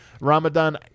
ramadan